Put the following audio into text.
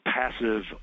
passive